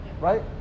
right